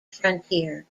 frontier